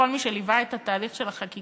לכל מי שליווה את תהליך החקיקה,